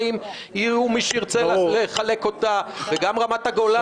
יהיה מי שירצה לחלק אותה וגם רמת הגולן.